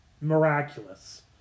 miraculous